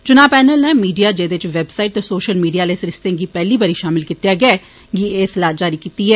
चुना पैनल नै मीडिया जेहदे च वेबसाइट ते सोषल मीडिया आले सरिस्ते गी पैहली बारी षामल कीता गेआ ऐ गी सलाह जारी कीती ऐ